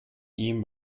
ihm